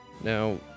Now